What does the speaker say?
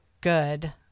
good